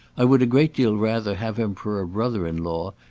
i would a great deal rather have him for a brother-in-law,